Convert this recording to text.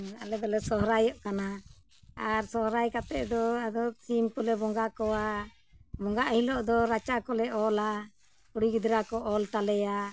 ᱟᱞᱮ ᱫᱚᱞᱮ ᱥᱚᱦᱚᱨᱟᱭᱚᱜ ᱠᱟᱱᱟ ᱟᱨ ᱥᱚᱦᱚᱨᱟᱭ ᱠᱟᱛᱮ ᱫᱚ ᱟᱫᱚ ᱥᱤᱢ ᱠᱚᱞᱮ ᱵᱚᱸᱜᱟ ᱠᱚᱣᱟ ᱵᱚᱸᱜᱟ ᱦᱤᱞᱳᱜ ᱫᱚ ᱨᱟᱪᱟ ᱠᱚᱞᱮ ᱚᱞᱟ ᱠᱩᱲᱤ ᱜᱤᱫᱽᱨᱟᱹ ᱠᱚ ᱚᱞ ᱛᱟᱞᱮᱭᱟ